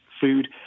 food